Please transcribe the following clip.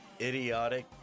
idiotic